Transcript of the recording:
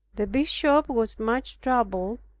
the bishop was much troubled,